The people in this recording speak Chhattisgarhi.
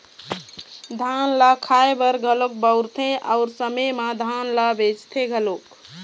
धान ल खाए बर घलोक बउरथे अउ समे म धान ल बेचथे घलोक